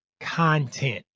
content